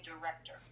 director